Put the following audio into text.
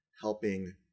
helping